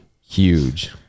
Huge